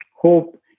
Hope